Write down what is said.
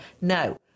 No